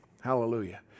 Hallelujah